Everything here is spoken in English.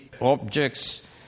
objects